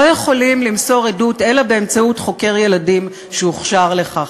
לא יכולים למסור עדות אלא באמצעות חוקר ילדים שהוכשר לכך.